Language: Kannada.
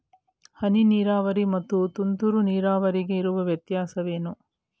ಹನಿ ನೀರಾವರಿ ಮತ್ತು ತುಂತುರು ನೀರಾವರಿಗೆ ಇರುವ ವ್ಯತ್ಯಾಸವೇನು?